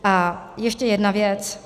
A ještě jedna věc.